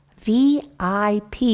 VIP